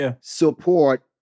support